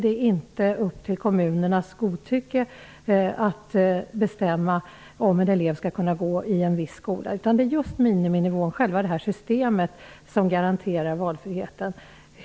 Det är inte upp till kommunernas godtycke att bestämma om en elev skall kunna gå i en viss skola. Det är miniminivån och själva systemet som garanterar valfriheten.